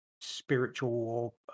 spiritual